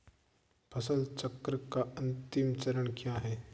फसल चक्र का अंतिम चरण क्या है?